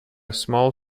small